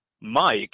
Mike